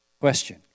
Question